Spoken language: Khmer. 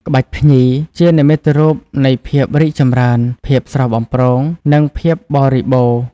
ក្បាច់ភ្ញី ជានិមិត្តរូបនៃភាពរីកចម្រើន ភាពស្រស់បំព្រង និងភាពបរិបូរណ៍។